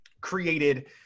created